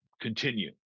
continue